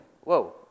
Whoa